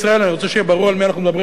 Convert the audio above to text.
שיהיה ברור על מי אנחנו מדברים בדיוק: